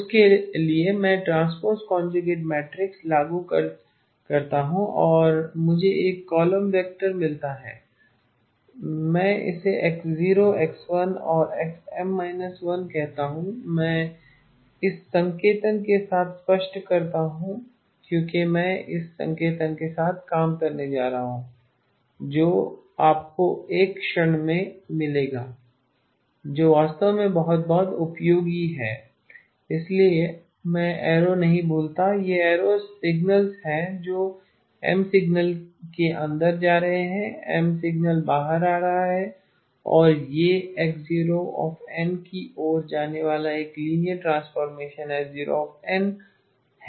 उस के लिए मैं ट्रांसपोज़ कॉनज्युगेट मैट्रिक्स लागू करते हैं और मुझे एक और कॉलम वेक्टर मिलता है मैं इसे X0 X1 और XM−1कहता हूं मैं इस संकेतन के साथ स्पष्ट हूं क्योंकि मैं इस संकेतन के साथ काम करने जा रहा हूं जो आपको एक क्षण में मिलेगा जो वास्तव में बहुत बहुत उपयोगी है इसलिए मैं एरो नहीं भूलता यह एरोज सिग्नल्स हैं जो M सिग्नल के अंदर जा रहे हैं M सिग्नल बाहर आ रहा है अब यह X0n की ओर जाने वाला एक लीनियर ट्रांसफॉर्मेशन S0n है